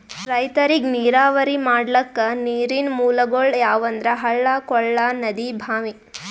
ರೈತರಿಗ್ ನೀರಾವರಿ ಮಾಡ್ಲಕ್ಕ ನೀರಿನ್ ಮೂಲಗೊಳ್ ಯಾವಂದ್ರ ಹಳ್ಳ ಕೊಳ್ಳ ನದಿ ಭಾಂವಿ